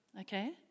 okay